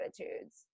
attitudes